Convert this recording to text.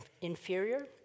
inferior